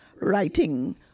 writing